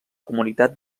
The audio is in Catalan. comunitat